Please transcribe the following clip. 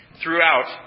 throughout